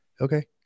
Okay